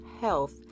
health